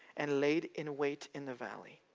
and lay in wait in the valley.